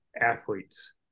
athletes